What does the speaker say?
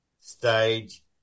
stage